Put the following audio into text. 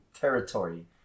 territory